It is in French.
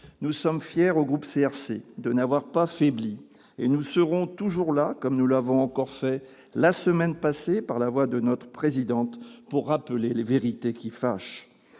Nous sommes fiers, au groupe CRC, de n'avoir pas faibli. Et nous serons toujours là, comme nous l'avons encore fait la semaine passée par la voix de notre présidente, pour rappeler les vérités qui fâchent